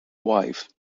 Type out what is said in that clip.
wife